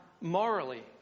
morally